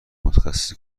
متخصص